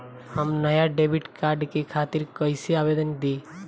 हम नया debit card के खातिर कइसे आवेदन दीं?